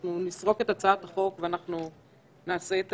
אנחנו נסרוק את הצעת החוק ואנחנו נעשה את